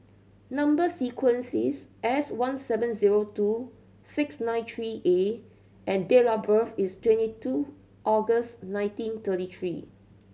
number sequence is S one seven zero two six nine three A and date of birth is twenty two August nineteen thirty three